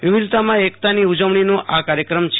વિવિધતામાં એકતાની ઉજવણીનો આ કાર્યક્રમ છે